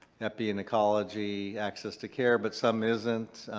epi and ecology, access to care, but some isn't.